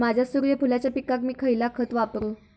माझ्या सूर्यफुलाच्या पिकाक मी खयला खत वापरू?